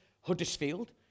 Huddersfield